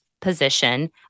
position